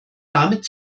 damit